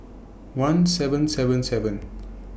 one seven seven seven